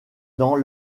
dans